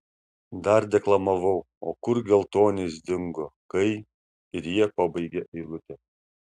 dar deklamavau o kur geltonis dingo kai ir jie pabaigė eilutę